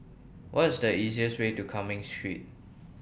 What IS The easiest Way to Cumming Street